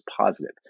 positive